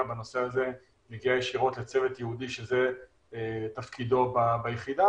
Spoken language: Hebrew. בנושא הזה מגיעה ישירות לצוות ייעודי שזה תפקידו ביחידה,